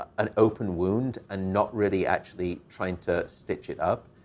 an open wound and not really actually trying to stitch it up?